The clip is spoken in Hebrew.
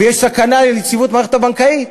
ויש סכנה ליציבות המערכת הבנקאית,